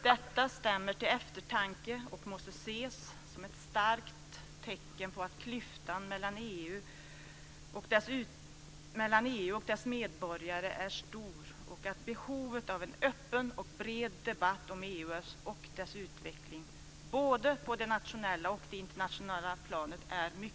Detta stämmer till eftertanke och måste ses som ett tydligt tecken på att klyftan mellan EU och dess medborgare är stor och att behovet av en öppen och bred debatt om EU och dess utveckling är mycket stort både på det nationella och det internationella planet.